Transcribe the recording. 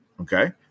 Okay